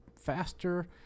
faster